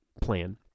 plan